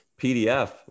PDF